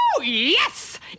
Yes